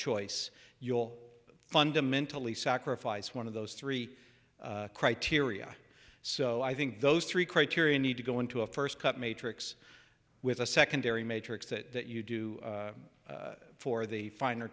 choice you'll fundamentally sacrifice one of those three criteria so i think those three criteria need to go into a first cup matrix with a secondary matrix that you do for the finer